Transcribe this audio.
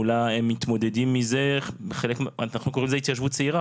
אנחנו קוראים לזה התיישבות צעירה,